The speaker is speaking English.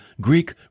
Greek